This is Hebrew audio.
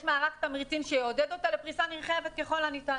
יש מערך תמריצים שיעודד אותה לפריסה נרחבת ככל הניתן.